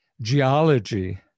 geology